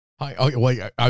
Hi